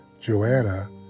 Joanna